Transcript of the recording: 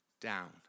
down